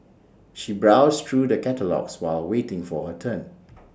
she browsed through the catalogues while waiting for her turn